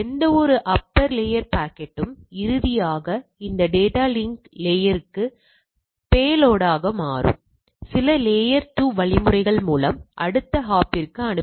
இவை மிக மிக முக்கியம் குறிப்பாக நீங்கள் தரவுகளைப் பார்க்கும்போது அதில் நாம் ஈருறுப்புத் தரவுகள் போன்றவற்றைப் பேசும்போது ஆம் இல்லை உயிருள்ள உயிரற்ற ஒன்று பூஜ்ஜியம் மற்றும் அந்த வகையான நிலைமை